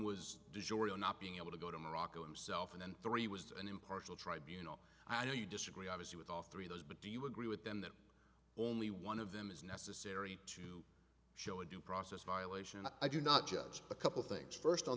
was not being able to go to morocco himself and three was an impartial tribunal i know you disagree obviously with all three of those but do you agree with them that only one of them is necessary to show a due process violation i do not judge a couple things first on